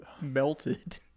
Melted